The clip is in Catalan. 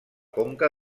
conca